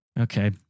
Okay